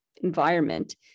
environment